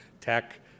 tech